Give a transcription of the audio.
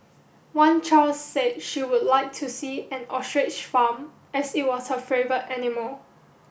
one child said she would like to see an ostrich farm as it was her favourite animal